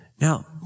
Now